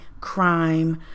crime